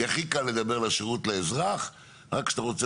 כי הכי קל לדבר לשירות לאזרח רק כשאתה רוצה